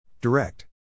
Direct